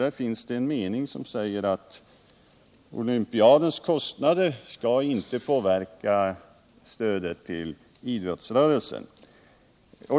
Där finns en mening, som säger att olympiadens kostnader inte skall påverka stödet till idrottsrörelsen.